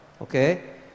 okay